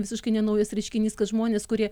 visiškai nenaujas reiškinys kad žmonės kurie